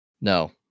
No